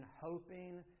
hoping